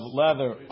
leather